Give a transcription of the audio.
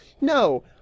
No